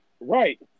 right